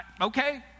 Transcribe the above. Okay